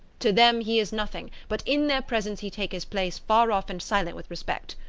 to them he is nothing, but in their presence he take his place far off and silent with respect.